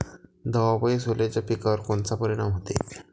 दवापायी सोल्याच्या पिकावर कोनचा परिनाम व्हते?